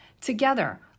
Together